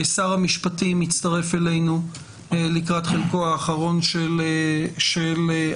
שר המשפטים יצטרף אלינו לקראת חלקו האחרון של הדיון,